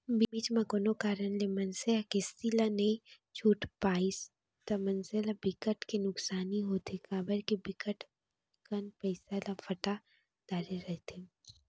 बीच म कोनो कारन ले मनसे ह किस्ती ला नइ छूट पाइस ता मनसे ल बिकट के नुकसानी होथे काबर के बिकट कन पइसा ल पटा डरे रहिथे